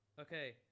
Okay